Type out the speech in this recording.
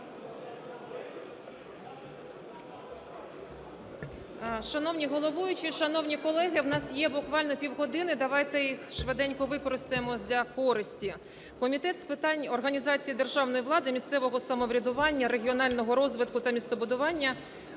Шановний головуючий, шановні колеги, в нас є буквально півгодини, давайте їх швиденько використаємо для користі. Комітет з питань організації державної влади, місцевого самоврядування, регіонального розвитку та містобудування